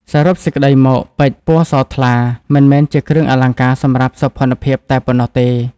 សរុបសេចក្តីមកពេជ្រ ពណ៌ស ថ្លា មិនមែនជាគ្រឿងអលង្ការសម្រាប់សោភ័ណភាពតែប៉ុណ្ណោះទេ។